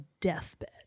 deathbed